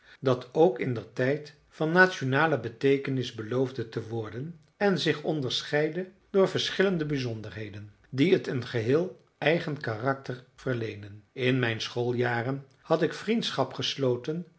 dat ook indertijd van nationale beteekenis beloofde te worden en zich onderscheidde door verschillende bijzonderheden die het een geheel eenig karakter verleenen in mijn schooljaren had ik vriendschap gesloten